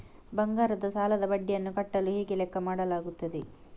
ಬಂಗಾರದ ಸಾಲದ ಬಡ್ಡಿಯನ್ನು ಕಟ್ಟಲು ಹೇಗೆ ಲೆಕ್ಕ ಮಾಡಲಾಗುತ್ತದೆ?